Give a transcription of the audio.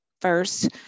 first